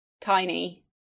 tiny